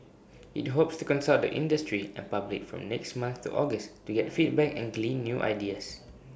IT hopes to consult the industry and public from next month to August to get feedback and glean new ideas